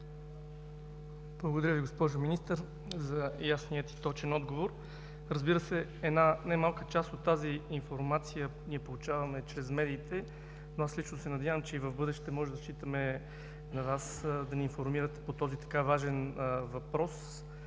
Благодаря Ви, госпожо Министър за ясния и точен отговор. Разбира се, една немалка част от тази информация ние получаваме чрез медиите, но аз лично се надявам, че и в бъдеще може да разчитаме на Вас да ни информирате по този така важен въпрос,